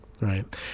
right